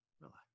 relax